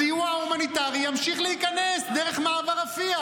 הסיוע ההומניטרי ימשיך להיכנס דרך מעבר רפיח.